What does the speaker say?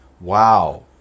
wow